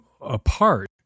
apart